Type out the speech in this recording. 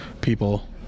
people